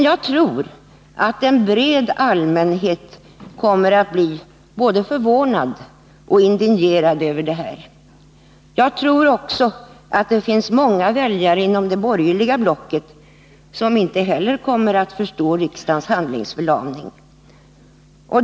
Jag tror att en bred allmänhet kommer att bli både förvånad och indignerad över detta. Jag tror också att det finns många väljare inom det borgerliga blocket som inte heller kommer att förstå riksdagens handlingsförlamning.